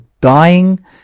dying